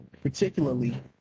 particularly